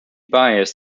bias